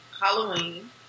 Halloween